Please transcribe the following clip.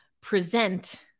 present